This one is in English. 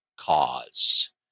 cause